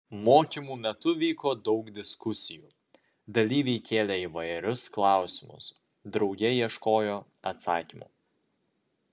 mokymų metu vyko daug diskusijų dalyviai kėlė įvairius klausimus drauge ieškojo atsakymų